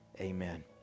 Amen